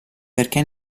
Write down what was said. perché